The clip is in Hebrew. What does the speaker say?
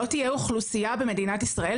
לא תהיה אוכלוסייה במדינת ישראל,